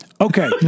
Okay